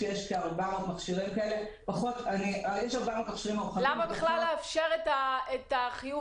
שיש כ-400 כאלה --- למה לאפשר את החיוב